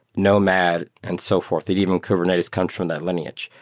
nomad and so forth, and even kubernetes comes from that lineage.